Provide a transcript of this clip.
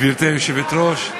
גברתי היושבת-ראש,